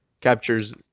captures